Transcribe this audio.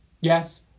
Yes